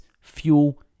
fuel